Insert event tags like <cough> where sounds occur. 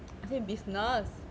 <noise> I say business